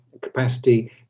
capacity